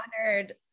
honored